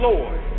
Lord